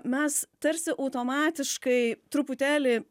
mes tarsi automatiškai truputėlį